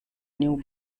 new